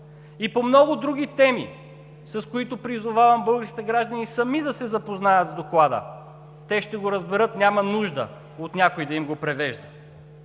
И по много други теми, с които призовавам българските граждани сами да се запознаят с Доклада. Те ще го разберат – няма нужда някой да им го превежда.